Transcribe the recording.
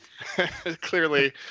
Clearly